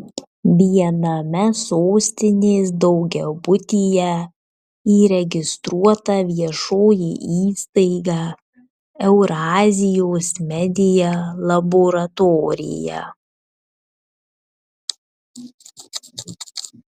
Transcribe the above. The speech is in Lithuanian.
viename sostinės daugiabutyje įregistruota viešoji įstaiga eurazijos media laboratorija